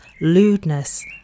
lewdness